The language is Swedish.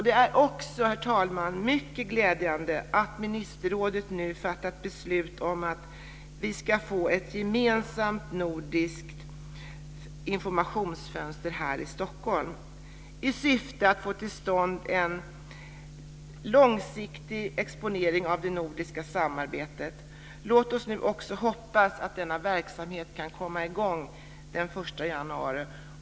Det är också, herr talman, mycket glädjande att ministerrådet nu fattat beslut om att vi ska få ett gemensamt nordiskt informationsfönster här i Stockholm i syfte att få till stånd en långsiktig exponering av det nordiska samarbetet. Låt oss nu också hoppas att denna verksamhet kan komma i gång den 1 januari.